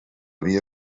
via